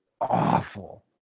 awful